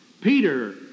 Peter